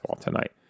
tonight